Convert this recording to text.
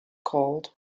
called